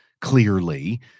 clearly